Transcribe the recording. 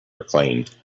reclaimed